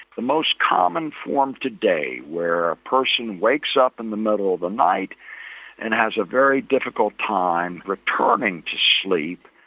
the most common form today where a person wakes up in the middle of the night and has a very difficult time returning to sleep.